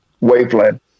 wavelength